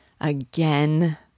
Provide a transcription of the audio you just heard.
again